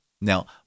Now